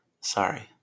Sorry